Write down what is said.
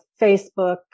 Facebook